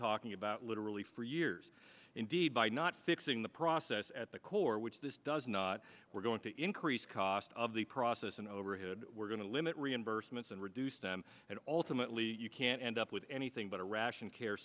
talking about literally for years indeed by not fixing the process at the core which this does not we're going to increase cost of the process and overhead we're going to limit reimbursements and reduce them and ultimately you can't end up with anything but a ration care